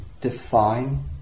define